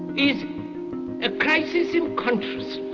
is a crisis in consciousness.